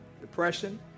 depression